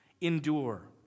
Endure